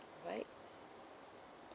right